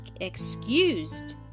excused